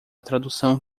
tradução